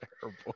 terrible